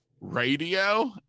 radio